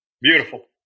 Beautiful